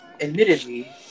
admittedly